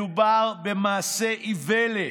מדובר במעשה איוולת.